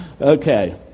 Okay